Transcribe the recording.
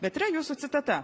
bet yra jūsų citata